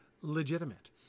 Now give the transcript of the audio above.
legitimate